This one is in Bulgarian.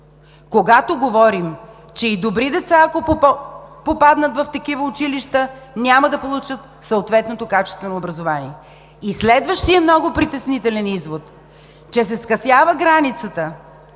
когато говорим, че и добри деца, ако попаднат в такива училища, няма да получат съответното качествено образование. Следващият много притеснителен извод: че се скъсява числото